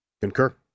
Concur